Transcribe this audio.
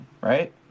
right